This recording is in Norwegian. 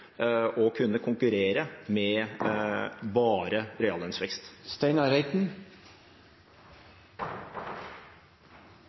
å kunne konkurrere med bare reallønnsvekst.